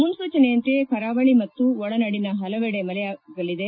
ಮುನ್ನೂಚನೆಯಂತೆ ಕರಾವಳಿ ಮತ್ತು ಒಳನಾಡಿನ ಹಲವೆಡೆ ಮಳೆಯಾಗಲಿದೆ